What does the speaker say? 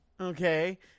Okay